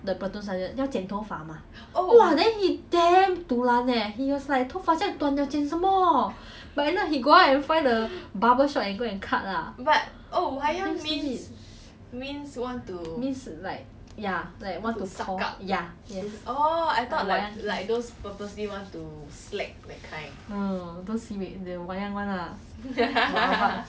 like want to hardcore ya yes like wayang no no no those weak the wayang [one] ah funny oh then he say that time his platoon they need to march right don't know like some competition or something lah then his platoon really damn wayang orh they go and polish his boots